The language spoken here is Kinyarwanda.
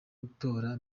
gutora